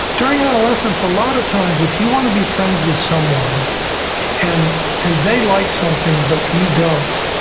during adolescence, a lot of times if you want to be friends with someone and and they like something but you don't,